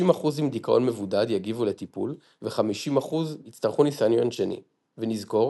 50% עם דכאון מבודד יגיבו לטיפול ו50% יצטרכו נסיון שני ונזכור